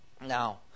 Now